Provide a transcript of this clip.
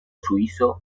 suizo